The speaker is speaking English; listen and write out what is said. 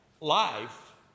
life